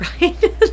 right